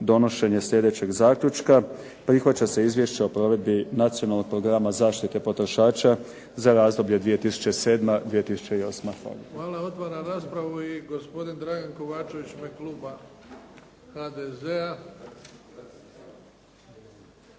donošenje slijedećeg zaključka: prihvaća se izvješće o provedbi Nacionalnog programa zaštite potrošača za razdoblje 2007., 2008. Hvala. **Bebić, Luka (HDZ)** Hvala. Otvaram raspravu i gospodin Dragan Kovačević u ime kluba HDZ-a,